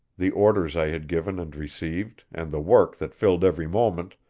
the orders i had given and received, and the work that filled every moment,